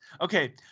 Okay